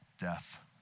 Death